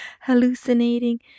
hallucinating